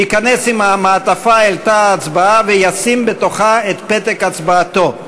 ייכנס עם המעטפה אל תא ההצבעה וישים בתוכה את פתק הצבעתו,